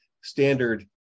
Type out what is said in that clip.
standard